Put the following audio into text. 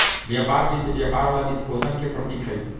व्यापार वित्त व्यापार ला वित्तपोषण के प्रतीक हई,